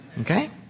Okay